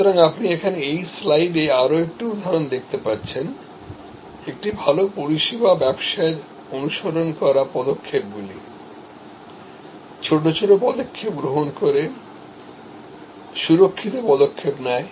সুতরাং আপনি এখানে এই স্লাইডে আরও একটি উদাহরণ দেখতে পাচ্ছেন একটি ভাল পরিষেবা ব্যবসা কিভাবে বড় পদক্ষেপ নেওয়ার আগে ছোট ছোট সুরক্ষিত স্টেপ নেয়